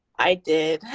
i did.